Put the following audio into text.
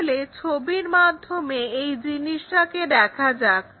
তাহলে ছবির মাধ্যমে এই জিনিসটাকে দেখা যাক